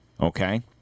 Okay